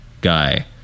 guy